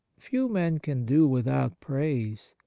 few men can do without praise,